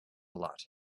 lot